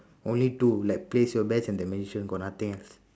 only two like place your bets and the magician got nothing else